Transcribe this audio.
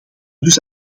dus